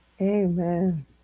amen